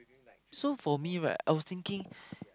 so for me right I was thinking